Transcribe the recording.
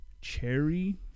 cherry